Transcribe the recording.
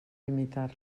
limitar